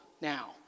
now